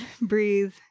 breathe